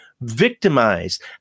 victimized